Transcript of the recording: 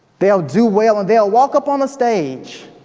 they'll do well, and they'll walk up on a stage,